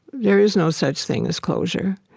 there is no such thing as closure.